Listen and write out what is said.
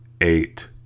eight